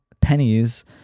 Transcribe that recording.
pennies